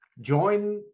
join